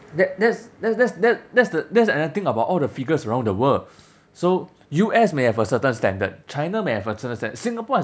that that's that's that's the that's another thing about all the figures around the world so U_S may have a certain standard china may have certain standard singapore has